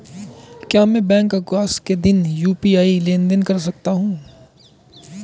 क्या मैं बैंक अवकाश के दिन यू.पी.आई लेनदेन कर सकता हूँ?